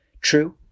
True